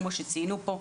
כמו שציינו פה.